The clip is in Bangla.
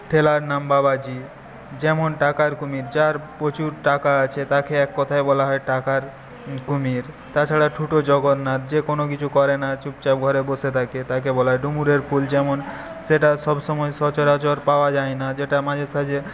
ঠেলার নাম বাবাজি যেমন টাকার কুমির যার প্রচুর টাকা আছে তাকে এক কথায় বলা হয় টাকার কুমির তাছাড়া ঠুটো জগন্নাথ যে কোন কিছু করে না চুপচাপ ঘরে বসে থাকে তাকে বলা হয় ডুমুরের ফুল যেমন সেটা সব সময় সচরাচর পাওয়া যায় না যেটা মাঝেসাঝে